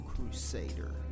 Crusader